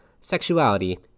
sexuality